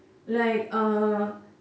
like uh